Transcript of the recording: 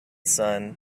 sun